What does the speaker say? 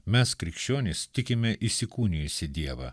mes krikščionys tikime įsikūnijusį dievą